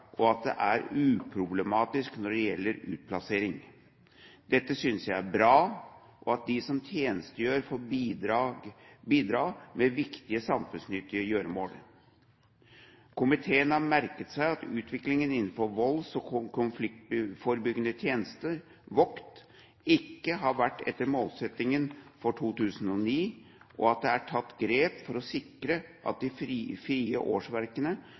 og at det er uproblematisk når det gjelder utplassering. Dette synes jeg er bra, og de som tjenestegjør, får bidra med viktige samfunnsnyttige gjøremål. Komiteen har merket seg at utviklingen innen volds- og konfliktforebyggende tjeneste – VOKT – ikke har vært etter målsettingen i 2009, og at det er tatt grep for å sikre at de frie årsverkene,